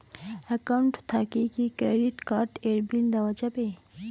Account থাকি কি credit card এর বিল দেওয়া যাবে?